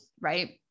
Right